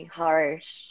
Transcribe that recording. harsh